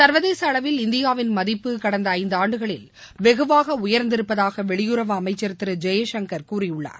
சர்வதேசஅளவில் இந்தியாவின் மதிப்பு கடந்தஐந்துஆண்டுகளில் வெகுவாகஉயர்ந்திருப்பதாகவெளியுறவு அமைச்சர் திருஜெயசங்கர் கூறியுள்ளார்